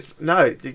no